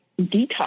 detox